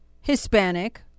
Hispanic